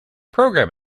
program